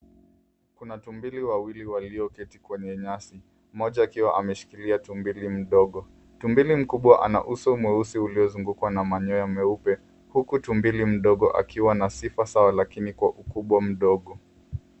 Kuna tumbili wawili walioketi kwenye nyasi, moja akiwa ameshikilia tumbili mdogo. Tumbili mkubwa ana uso mweusi uliyozungukwa na manyoa meupe huku tumbili mdogo akiwa na sifa sawa lakini kwa ukubwa mdogo.